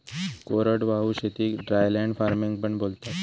कोरडवाहू शेतीक dryland farming पण बोलतात